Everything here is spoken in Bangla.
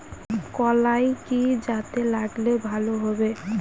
কলাই কি জাতে লাগালে ভালো হবে?